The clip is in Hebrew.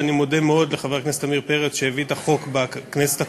ואני מודה מאוד לחבר הכנסת עמיר פרץ שהביא את החוק בכנסת הקודמת,